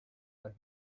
for